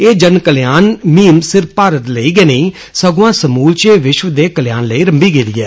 एह जन कल्याण मुहिम सिर्फ भारत लेई गै नेई सगुआं समूलचे विष्व दे कल्याण लेई रक्खी गेदी ऐ